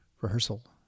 rehearsal